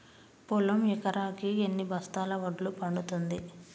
పొలం ఎకరాకి ఎన్ని బస్తాల వడ్లు పండుతుంది?